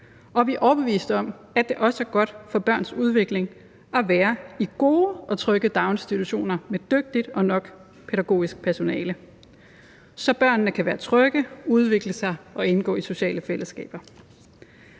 og vi er overbevist om, at det også er godt for børns udvikling at være i gode og trygge daginstitutioner med dygtigt og nok pædagogisk personale, så børnene kan være trygge, udvikle sig og indgå i sociale fællesskaber.